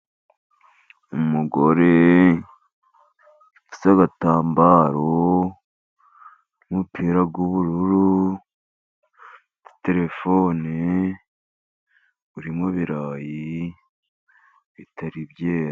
Umugore wipfutse agatambaro, n'umupira w'ubururu, terefone, uri mu birayi bitari byera.